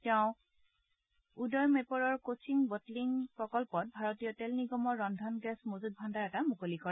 তেওঁ উদয়মপে'ৰৰ কোচি বটলিং প্ৰকল্পত ভাৰতীয় তেল নিগমৰ ৰন্ধন গেছ মজুত ভাণ্ডাৰ এটা মুকলি কৰে